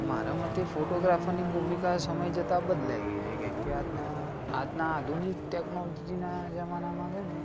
મારા મતે ફોટોગ્રાફરની ભૂમિકા સમય જતા બદલાઈ ગઈ છે કેમ કે આજના આજના આધુનિક ટેક્નોલોજીના જમાનામાં છે ને